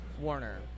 Warner